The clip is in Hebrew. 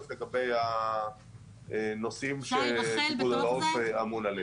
לגבי הנושאים שפיקוד העורף אמון עליהם,